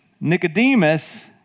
Nicodemus